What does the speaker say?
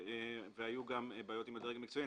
היו גם בעיות עם הדרג המקצועי.